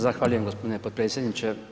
Zahvaljujem g. potpredsjedniče.